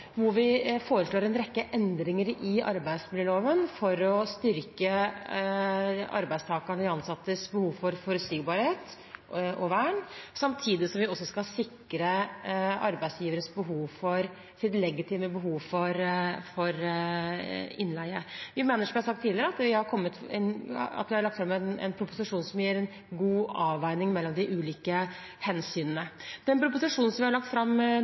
hvor vi foreslår en rekke endringer i arbeidsmiljøloven for å styrke de ansattes behov for forutsigbarhet og vern, samtidig som vi skal sikre arbeidsgiveres legitime behov for innleie. Vi mener, som jeg har sagt tidligere, at vi har lagt fram en proposisjon som gir en god avveining mellom de ulike hensynene. Denne proposisjonen er en direkte oppfølging av det høringsnotatet som regjeringen sendte ut i juni i fjor. Vi har